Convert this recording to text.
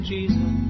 Jesus